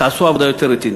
תעשו עבודה יותר רצינית.